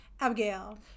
Abigail